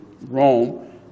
Rome